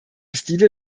stile